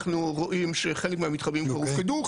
אנחנו רואים שחלק מהמתחמים כבר הופקדו,